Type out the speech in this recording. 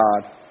God